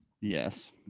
yes